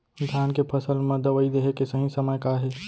धान के फसल मा दवई देहे के सही समय का हे?